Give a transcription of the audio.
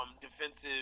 defensive